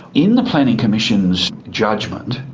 in the planning commission's judgment,